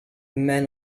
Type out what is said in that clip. man